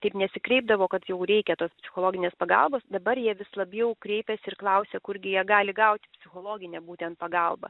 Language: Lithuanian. taip nesikreipdavo kad jau reikia tos psichologinės pagalbos dabar jie vis labiau kreipiasi ir klausia kurgi jie gali gauti psichologinę būtent pagalbą